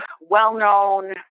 well-known